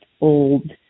old